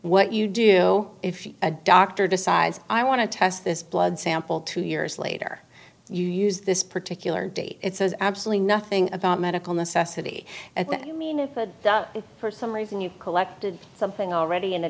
what you do if you're a doctor decides i want to test this blood sample two years later you use this particular date it says absolutely nothing about medical necessity i mean it could be for some reason you've collected something already